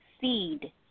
seed